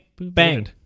Bang